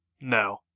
no